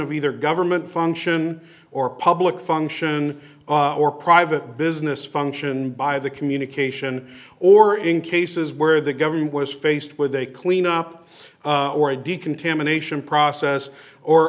of either government function or public function or private business function by the communication or in cases where the government was faced with a cleanup or a decontamination process or